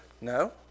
No